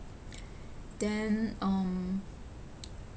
then um